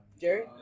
Jerry